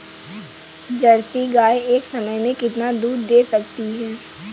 Jersey गाय एक समय में कितना दूध दे सकती है?